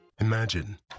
Imagine